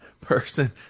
person